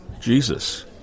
Jesus